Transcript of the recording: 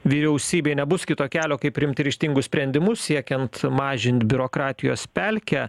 vyriausybei nebus kito kelio kaip priimti ryžtingus sprendimus siekiant mažint biurokratijos pelkę